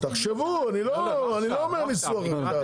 תחשבו, אני לא אומר ניסוח.